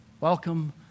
welcome